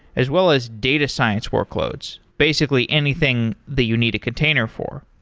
as well as data science workloads, basically anything that you need a container for